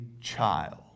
child